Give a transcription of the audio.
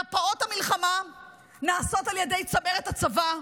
דפ"עות המלחמה נעשות על ידי צמרת הצבא,